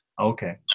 okay